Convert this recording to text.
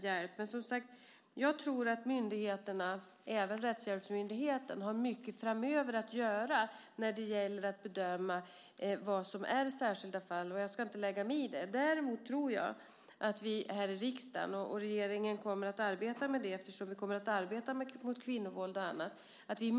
Jag tror, som sagt, att myndigheterna, även Rättshjälpsmyndigheten, framöver har mycket att göra när det gäller att bedöma vad som är särskilda fall. Jag ska inte lägga mig i det. Däremot tror jag att vi i riksdagen behöver diskutera hedersproblematiken, och regeringen kommer att arbeta med den eftersom vi kommer att arbeta mot just kvinnovåld och annat.